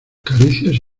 caricias